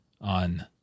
on